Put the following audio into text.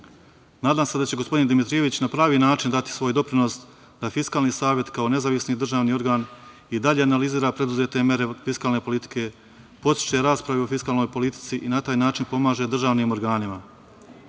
se da će gospodini Dimitrijević na pravi način dati svoj doprinos da Fiskalni saveta kao nezavisni državni organ i dalje analizira preduzete mere fiskalne politike, podstiče rasprave o fiskalnoj politici i na taj način pomaže nadležnim državnim